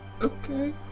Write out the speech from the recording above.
okay